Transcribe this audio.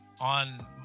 on